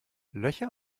löcher